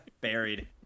Buried